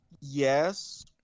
yes